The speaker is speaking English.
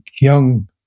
young